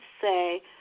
say